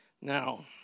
Now